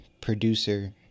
producer